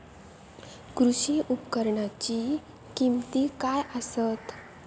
कृषी उपकरणाची किमती काय आसत?